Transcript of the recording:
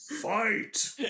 Fight